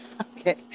Okay